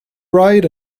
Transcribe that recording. ride